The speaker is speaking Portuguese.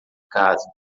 casa